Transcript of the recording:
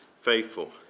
faithful